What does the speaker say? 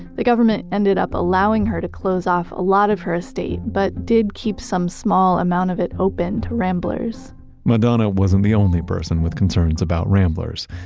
the government ended up allowing her to close off a lot of her estate but did keep some small amount of it open to ramblers madonna wasn't the only person with concerns about the ramblers.